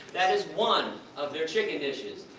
that is one of their chicken dishes.